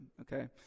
okay